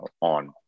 on